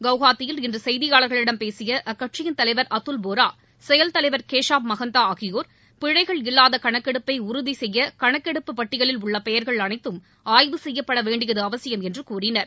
குவகாத்தில் இன்று செய்தியாளர்களிடம் பேசிய அக்கட்சியின் தலைவர் அதுல் போரா செயல் தலைவர் கேசாப் மகந்தா ஆகியோர் பிழைகள் இல்லாத கணக்கெடுப்பை உறுதி செய்ய கணக்கெடுப்பு பட்டியலில் உள்ள பெயர்கள் அனைத்தும் ஆய்வு செய்யப்பட வேண்டியது அவசியம் என்று கூறினார்